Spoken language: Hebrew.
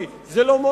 זה לא רצוי,